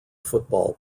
football